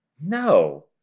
no